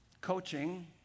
coaching